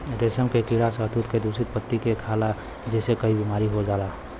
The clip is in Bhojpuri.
रेशम के कीड़ा शहतूत के दूषित पत्ती के खाला जेसे कई बीमारी हो जाला